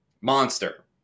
Monster